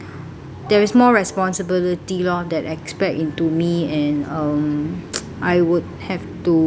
there is more responsibility lor that expect into me and um I would have to